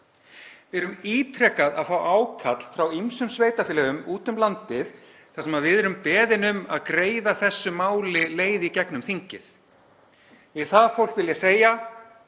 Við erum ítrekað að fá ákall frá ýmsum sveitarfélögum úti um landið þar sem við erum beðin um að greiða þessu máli leið í gegnum þingið. Við það fólk vil ég segja: